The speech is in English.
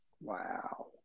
Wow